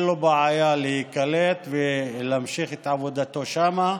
אין לו בעיה להיקלט ולהמשיך את עבודתו שם.